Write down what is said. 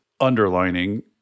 underlining